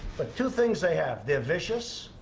but two things they have they're vicious,